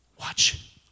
Watch